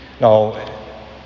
Now